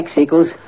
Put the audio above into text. equals